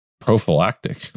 Prophylactic